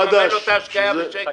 אני צריך לממן לו את ההשקיה בשקל.